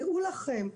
דעו לכם,